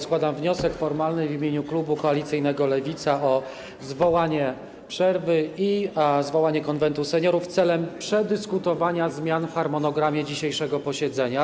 Składam wniosek w imieniu klubu koalicyjnego Lewica o ogłoszenie przerwy i zwołanie Konwentu Seniorów w celu przedyskutowania zmian w harmonogramie dzisiejszego posiedzenia.